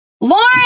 Lauren